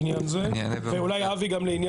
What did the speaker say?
היא פחות או יותר מקבילה של ועדת הכנסת לעניין זה וגם לשם